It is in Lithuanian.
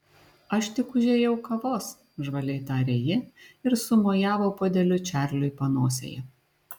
aš tik užėjau kavos žvaliai tarė ji ir sumojavo puodeliu čarliui panosėje